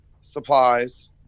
supplies